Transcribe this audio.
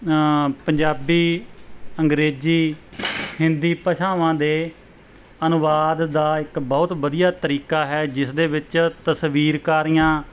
ਪੰਜਾਬੀ ਅੰਗਰੇਜ਼ੀ ਹਿੰਦੀ ਭਾਸ਼ਾਵਾਂ ਦੇ ਅਨੁਵਾਦ ਦਾ ਇੱਕ ਬਹੁਤ ਵਧੀਆ ਤਰੀਕਾ ਹੈ ਜਿਸ ਦੇ ਵਿੱਚ ਤਸਵੀਰਕਾਰੀਆਂ